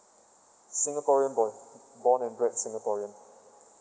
singaporen boy born and bred singaporean